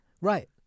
Right